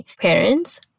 parents